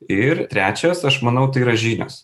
ir trečias aš manau tai yra žinios